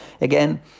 again